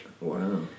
Wow